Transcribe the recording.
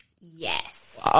Yes